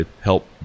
help